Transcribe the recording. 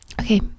okay